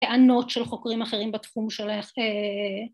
‫טענות של חוקרים אחרים בתחום שלך.